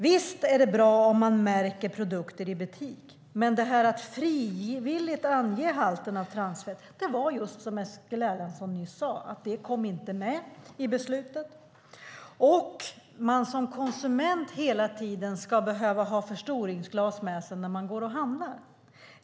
Visst är det bra om man märker produkter i butik, men förslaget att frivilligt ange halten transfett kom inte med i beslutet, som Eskil Erlandsson nyss sade. Ska man som konsument hela tiden behöva ha förstoringsglas med sig när man går och handlar?